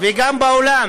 וגם בעולם